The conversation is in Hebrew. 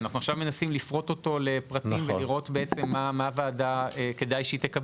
עכשיו אנחנו מנסים לפרוט אותו לפרטים ולראות מה כדאי שהוועדה תקבל,